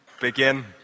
begin